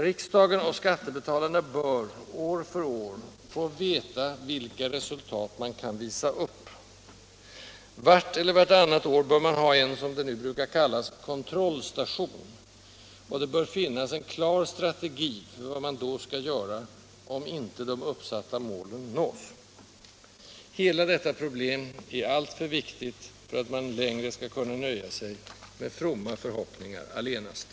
Riksdagen och skattebetalarna bör, år för år, få veta vilka resultat man kan visa upp. Vart eller vartannat år bör man ha en — som det nu brukar kallas — kontrollstation, och det bör finnas en klar strategi för vad man då skall göra, om inte de uppsatta målen nås. Hela detta problem är alltför viktigt för att man längre skall kunna nöja sig med fromma förhoppningar allenast.